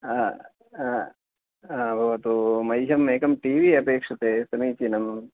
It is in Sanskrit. भवतु मह्यम् एकं टी वि अपेक्ष्यते समीचीनम्